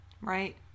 Right